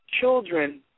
children